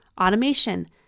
automation